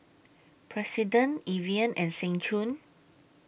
President Evian and Seng Choon